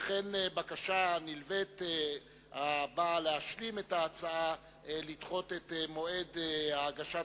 וכן בקשה נלווית הבאה להשלים את ההצעה לדחות את מועד הגשת